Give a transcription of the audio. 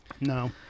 No